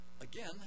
again